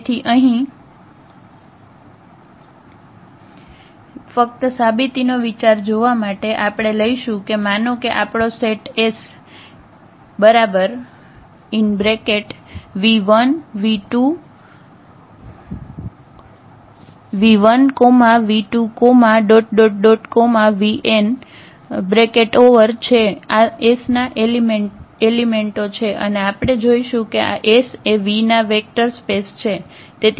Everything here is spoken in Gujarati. તેથી અહીં ફક્ત સાબિતીનો વિચાર જોવા માટે આપણે લઈશું કે માનો કે આ આપણો સેટ 𝑆 𝑣1 𝑣2 𝑣𝑛 છે આ S ના એલિમેન્ટો છે અને આપણે જોશું કે આ S એ V ના વેક્ટર સ્પેસ છે